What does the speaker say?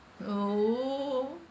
oh